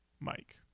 Mike